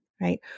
right